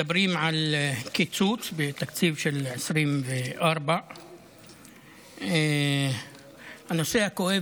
מדברים על קיצוץ בתקציב של 2024. הנושא הכואב